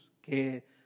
que